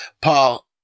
Paul